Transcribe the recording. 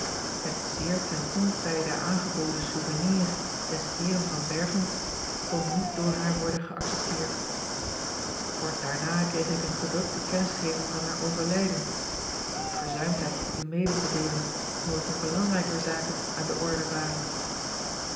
het zeer ten ontijde aangeboden souvenir des heeren van berchem kon niet door haar worden geaccepteerd kort daarna kreeg ik eene gedrukte kennisgeving van haar overlijden die ik verzuimd heb u mede te deelen omdat er belangrijker zaken aan de orde waren